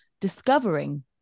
discovering